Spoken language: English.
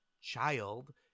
child